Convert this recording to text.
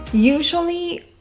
Usually